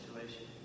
situation